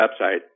website